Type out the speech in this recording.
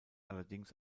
allerdings